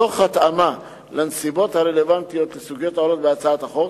תוך התאמה לנסיבות הרלוונטיות לסוגיות העולות בהצעת החוק.